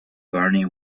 varney